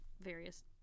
various